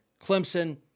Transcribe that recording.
Clemson